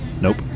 Nope